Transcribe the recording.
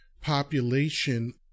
population